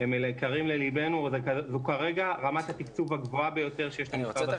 היקרים לליבנו וזו כרגע רמת התקצוב הגבוהה ביותר ---.